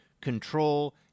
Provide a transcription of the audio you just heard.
control